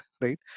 right